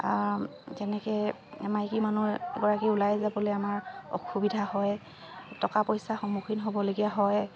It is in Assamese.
তেনেকৈ মাইকীমানুহ এগৰাকী ওলাই যাবলৈ আমাৰ অসুবিধা হয় টকা পইচাৰ সন্মুখীন হ'বলগীয়া হয়